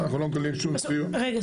סליחה,